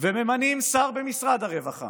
וממנים שר במשרד הרווחה